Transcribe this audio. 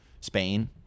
Spain